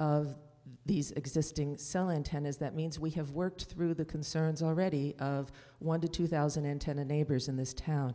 of these existing cell antennas that means we have worked through the concerns already of one to two thousand and ten the neighbors in this town